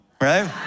right